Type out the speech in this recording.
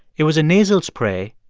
it was a nasal spray,